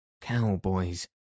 cowboys